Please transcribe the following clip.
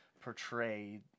portray